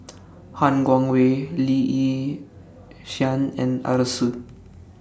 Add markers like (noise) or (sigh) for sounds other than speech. (noise) Han Guangwei Lee Yi Shyan and Arasu